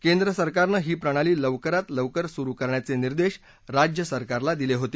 केंद्र सरकारनं ही प्रणाली लवकरात लवकर सुरू करण्याचे निर्देश राज्य सरकारला दिले होते